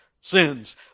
sins